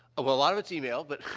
well, a lot of it's email, but,